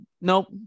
nope